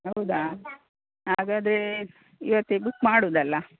ಹೌದಾ ಹಾಗಾದ್ರೆ ಇವತ್ತೇ ಬುಕ್ ಮಾಡೋದಲ್ಲಾ